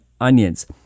onions